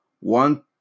one